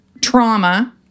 trauma